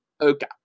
Okay